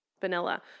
vanilla